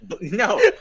no